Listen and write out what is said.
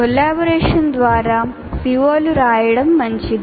Collaboration ద్వారా CO లు రాయడం మంచిది